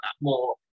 more